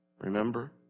remember